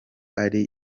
ari